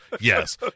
yes